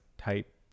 type